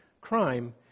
crime